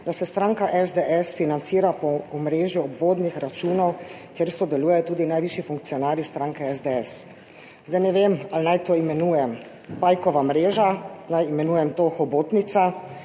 da se stranka SDS financira po omrežju obvodnih računov, kjer sodelujejo tudi najvišji funkcionarji stranke SDS. Zdaj ne vem, ali naj to imenujem pajkova mreža, naj imenujem to hobotnica,